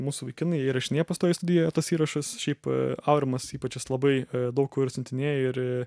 mūsų vaikinai jie įrašinėja pastoviai studijoje tuos įrašus šiaip aurimas ypač jis labai daug kur siuntinėja ir